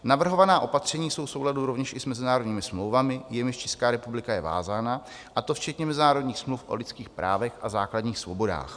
Navrhovaná opatření jsou v souladu rovněž i s mezinárodními smlouvami, jimiž Česká republika je vázána, a to včetně mezinárodních smluv o lidských právech a základních svobodách.